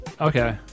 Okay